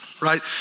right